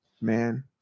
Man